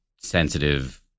sensitive